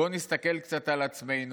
בואו נסתכל קצת על עצמנו,